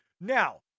now